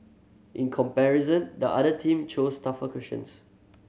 in comparison the other team chose tougher questions